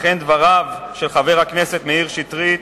לכן דבריו של חבר הכנסת מאיר שטרית